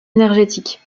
énergétiques